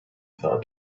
thought